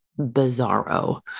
bizarro